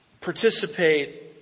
participate